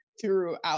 throughout